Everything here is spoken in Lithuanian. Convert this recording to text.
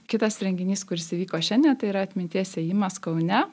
kitas renginys kuris įvyko šiandien tai yra atminties ėjimas kaune